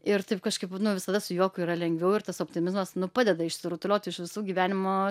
ir taip kažkaip nu visada su juoku yra lengviau ir tas optimizmas nu padeda išsirutulioti iš visų gyvenimo